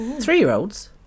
Three-year-olds